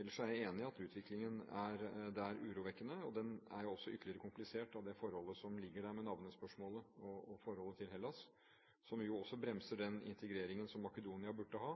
er jeg enig i at utviklingen der er urovekkende, og den er også ytterligere komplisert på grunn av det forholdet som gjelder navnespørsmålet og forholdet til Hellas, som også bremser den integreringen som Makedonia burde ha.